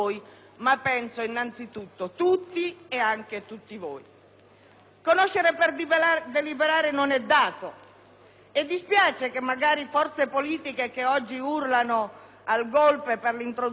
e dispiace che forze politiche, che oggi urlano al golpe per l'introduzione dello sbarramento del 4 per cento, di tutti questi processi non si siano mai occupati.